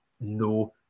no